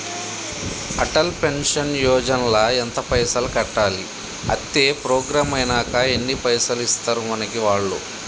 Atal pension Yojana ల ఎంత పైసల్ కట్టాలి? అత్తే ప్రోగ్రాం ఐనాక ఎన్ని పైసల్ ఇస్తరు మనకి వాళ్లు?